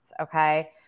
Okay